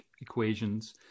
equations